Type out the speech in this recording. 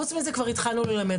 חוץ מזה כבר התחלנו ללמד.